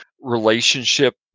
relationship